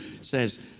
says